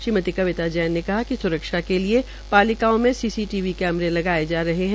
श्रीमति कविता जैन ने कहा कि स्रक्षा के लिए पालिकाओं में सीसीटीवी कैमरे लगाये जा रहे है